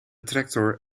tractor